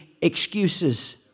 excuses